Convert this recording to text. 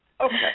Okay